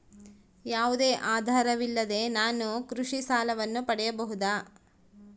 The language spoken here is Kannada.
ಯಾವುದೇ ಆಧಾರವಿಲ್ಲದೆ ನಾನು ಕೃಷಿ ಸಾಲವನ್ನು ಪಡೆಯಬಹುದಾ?